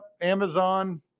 Amazon